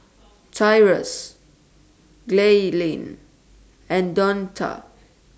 Tyrus Gaylene and Donta